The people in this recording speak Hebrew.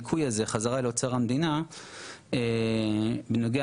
בנוגע להוצאות הרחקה של אנשים שבעצם יוצאים מפה